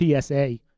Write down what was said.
TSA